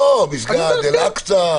מסגד אל-אקצה.